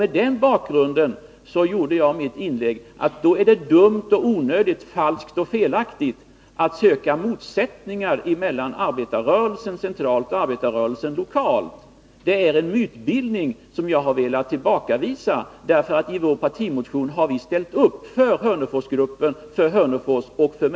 Mot den bakgrunden gjorde jag mitt inlägg och sade att det är dumt och onödigt, falskt och felaktigt att söka motsättningar mellan arbetarrörelsen centralt och arbetarrörelsen lokalt. I vår partimotion har vi ställt upp för Hörneforsgruppen och för människorna i Hörnefors.